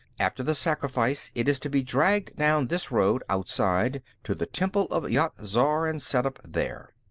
after the sacrifice, it is to be dragged down this road, outside, to the temple of yat-zar, and set up there.